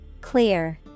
Clear